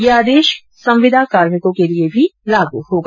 यह आदेश संविदा कार्मिकों के लिए भी लागू होगा